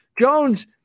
Jones